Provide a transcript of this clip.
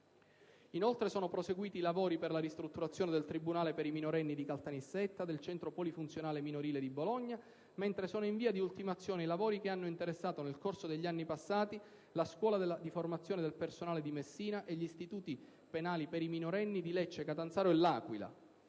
Inoltre, sono proseguiti i lavori per la ristrutturazione del tribunale per i minorenni di Caltanissetta, del centro polifunzionale minorile di Bologna, mentre sono in via di ultimazione i lavori che hanno interessato nel corso degli anni passati la scuola di formazione del personale di Messina e gli istituti penali per i minorenni di Lecce, Catanzaro e L'Aquila.